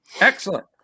Excellent